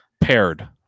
paired